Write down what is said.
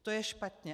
To je špatně.